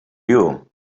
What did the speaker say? you